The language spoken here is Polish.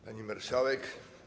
Pani Marszałek!